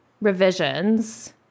revisions